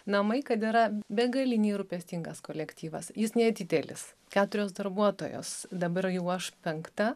namai kad yra begaliniai rūpestingas kolektyvas jis nedidelis keturios darbuotojos dabar jau aš penkta